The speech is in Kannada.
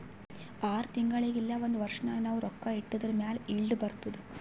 ಆರ್ ತಿಂಗುಳಿಗ್ ಇಲ್ಲ ಒಂದ್ ವರ್ಷ ನಾಗ್ ನಾವ್ ರೊಕ್ಕಾ ಇಟ್ಟಿದುರ್ ಮ್ಯಾಲ ಈಲ್ಡ್ ಬರ್ತುದ್